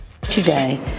Today